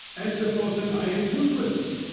and supposing i am toothless,